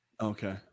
Okay